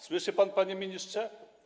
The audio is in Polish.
Słyszy pan, panie ministrze?